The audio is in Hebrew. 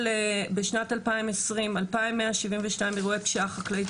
בשנת 2020 אנחנו מדברים על 2,172 אירועי פשיעה חקלאית.